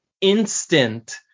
instant